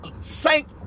saint